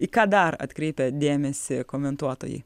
į ką dar atkreipia dėmesį komentuotojai